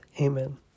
Amen